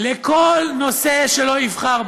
בחומרים לכל נושא שיבחר,